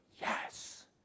yes